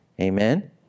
Amen